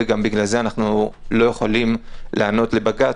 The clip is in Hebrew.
וגם בגלל זה אנחנו לא יכולים לענות לבג"ץ